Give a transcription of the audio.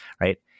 right